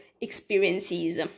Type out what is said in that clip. experiences